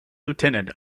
lieutenant